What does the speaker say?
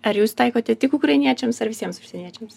ar jūs taikote tik ukrainiečiams ar visiems užsieniečiams